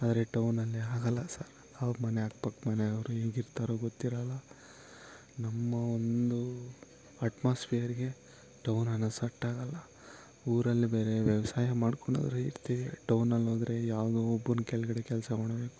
ಆದರೆ ಟೌನಲ್ಲಿ ಹಾಗಲ್ಲ ಸಾರ್ ಅವರ ಮನೆ ಅಕ್ಕಪಕ್ಕ ಮನೆಯವರು ಹೇಗಿರ್ತಾರೊ ಗೊತ್ತಿರಲ್ಲ ನಮ್ಮ ಒಂದು ಅಟ್ಮಾಸ್ಫಿಯರ್ಗೆ ಟೌನ್ ಅನ್ನೋದು ಸೆಟ್ ಆಗಲ್ಲ ಊರಲ್ಲಿ ಬೇರೆ ವ್ಯವಸಾಯ ಮಾಡ್ಕೊಂಡಾದ್ರು ಇರ್ತೀವಿ ಟೌನಲ್ಲಿ ಹೋದರೆ ಯಾವುದೋ ಒಬ್ಬನ ಕೆಳಗಡೆ ಕೆಲಸ ಮಾಡಬೇಕು